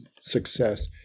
success